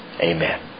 Amen